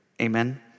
Amen